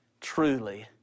Truly